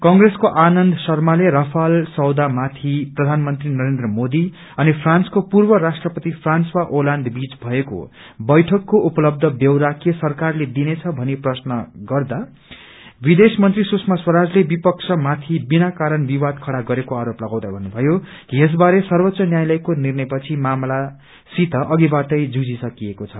कंग्रेसको आनन्द शर्माले राफाल सौदा माथि प्रधानमन्त्री नरेन्द्र मोदी अनि फ्रांसको पूर्व राष्ट्रपति फ्रांसवा ओलांद बीच भएको बैठकको उपलब्य ब्यौरा के सरकारले दिनेछ भनी प्रश्न गरिन्दा विदेश मंत्री सुषमा स्वराजले विपक्ष माथि बिना कारण विवाद खड़ा गरेको आरोप लगाउँदै भन्नुभयो कि यस बारे सर्वोच्च न्यायालयको निर्णय पछि मामला सित अधिबाटै जुझि सकिएको छ